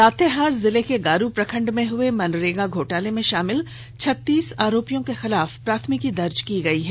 लातेहार जिले के गारू प्रखंड में हुए मनरेगा घोटाला में शामिल छत्तीस आरोपियों के खिलाफ प्राथमिकी दर्ज की गई है